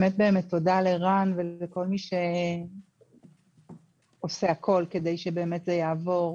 באמת תודה לרן ולכל מי שעושה הכול כדי שבאמת זה יעבור.